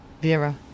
Vera